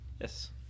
Yes